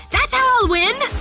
that's how i'll win!